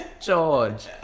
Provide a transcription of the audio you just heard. George